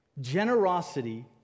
Generosity